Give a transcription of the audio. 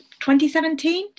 2017